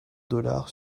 dollars